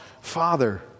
father